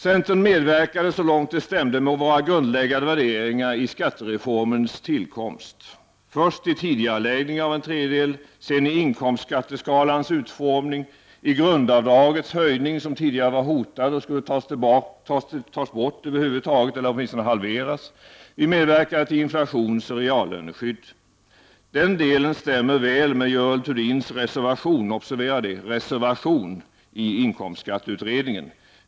Centern medverkade så långt det stämde med våra grundläggande värderingar i skattereformens tillkomst — först i tidigareläggning av en tredjedel, sedan i inkomstskatteskalans utformning, i grundavdragets höjning, som tidigare var hotad och skulle tas bort eller åtminstone halveras och vi medverkar till inflationsoch reallöneskydd. Den delen stämmer väl med Görel Thurdins reservation i inkomstskatteutredningen.